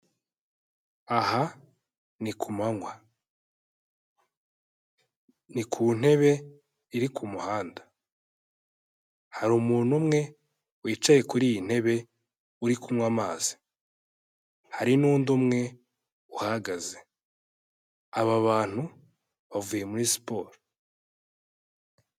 Aha ni kumanywa, ni ku ntebe iri ku muhanda, hari umuntu umwe wicaye kuri iyi ntebe uri kunywa amazi, hari n'undi umwe uhagaze, aba bantu bavuye muri siporo.